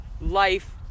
life